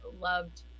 loved